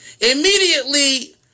Immediately